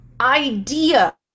idea